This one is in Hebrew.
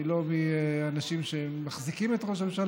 אני לא מהאנשים שמחזיקים את ראש הממשלה,